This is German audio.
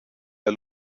der